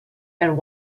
and